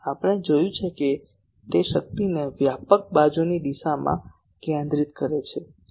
આપણે જોયું છે કે તે શક્તિને વ્યાપક બાજુની દિશામાં કેન્દ્રિત કરે છે